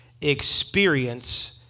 experience